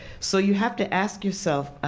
so you have to ask yourself,